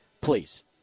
please